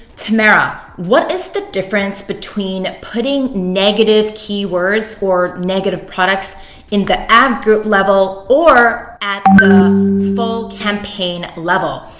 tamara, what is the difference between putting negative keywords or negative products in the ad group level or at the full campaign level?